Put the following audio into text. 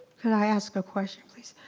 can i ask a question please?